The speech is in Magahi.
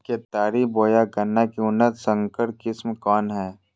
केतारी बोया गन्ना के उन्नत संकर किस्म कौन है?